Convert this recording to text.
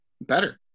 better